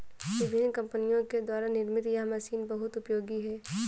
विभिन्न कम्पनियों के द्वारा निर्मित यह मशीन बहुत उपयोगी है